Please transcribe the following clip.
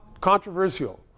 controversial